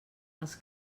els